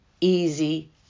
easy